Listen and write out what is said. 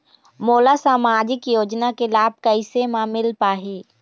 मोला सामाजिक योजना के लाभ कैसे म मिल पाही?